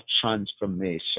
transformation